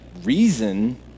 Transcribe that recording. reason